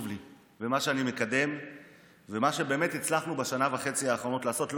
לי ואת מה שאני מקדם ומה שבאמת הצלחנו בשנה וחצי האחרונות לעשות,